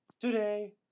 Today